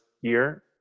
year